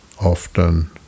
often